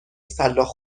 سلاخ